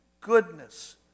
goodness